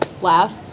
laugh